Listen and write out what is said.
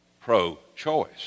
Pro-choice